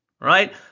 right